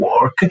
work